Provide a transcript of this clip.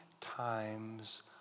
times